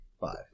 five